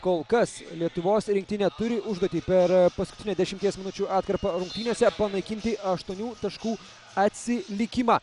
kol kas lietuvos rinktinė turi užduotį per paskutinę dešimties minučių atkarpą rungtynėse panaikinti aštuonių taškų atsilikimą